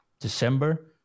December